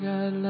God